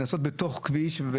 שנעשות בכביש,